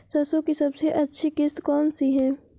सरसो की सबसे अच्छी किश्त कौन सी है?